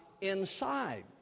inside